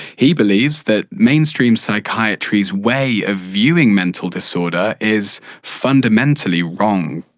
he believes that mainstream psychiatry's way of viewing mental disorder is fundamentally wrong.